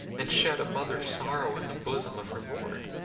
and shed a mother's sorrows in the bosom of her lord?